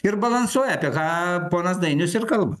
ir balansuoja apie ką ponas dainius ir kalba